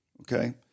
Okay